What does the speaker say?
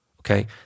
okay